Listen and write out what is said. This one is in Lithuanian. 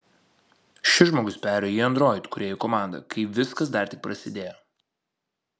šis žmogus perėjo į android kūrėjų komandą kai viskas dar tik prasidėjo